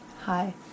Hi